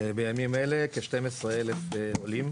בימים אלה כ-12,000 עולים.